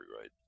right